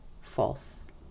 false